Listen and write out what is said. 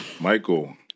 Michael